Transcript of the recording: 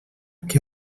que